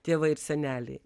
tėvai ir seneliai